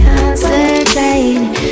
Concentrating